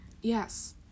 Yes